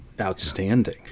outstanding